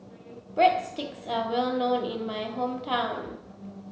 Breadsticks are well known in my hometown